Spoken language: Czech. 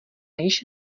již